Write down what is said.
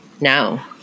now